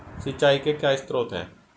सिंचाई के क्या स्रोत हैं?